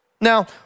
Now